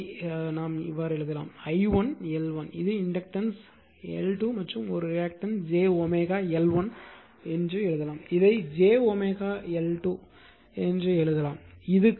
எனவே இதை எழுதலாம் i1 L1 இது இண்டக்டன்ஸ் L2 அல்லது ஒரு ரியாக்டன்ஸ் j L1 எழுதலாம் இதை j L2 எழுதலாம்